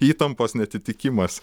įtampos neatitikimas